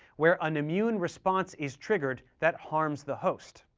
where an immune response is triggered that harms the host.